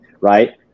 right